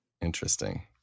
Interesting